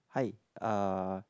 hi uh